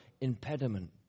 impediment